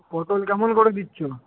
পটল কেমন করে দিচ্ছ